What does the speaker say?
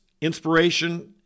inspiration